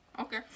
Okay